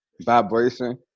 vibration